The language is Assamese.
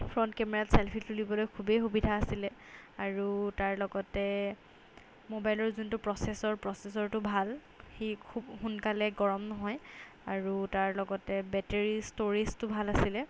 ফ্ৰণ্ট কেমেৰাত ছেল্ফি তুলিবলৈ খুবেই সুবিধা আছিলে আৰু তাৰ লগতে মোবাইলৰ যোনটো প্ৰচেছৰ প্ৰচেছৰটো ভাল সি খুব সোনকালে গৰম নহয় আৰু তাৰ লগতে বেটেৰী ষ্ট'ৰেজটো ভাল আছিলে